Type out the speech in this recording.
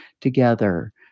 together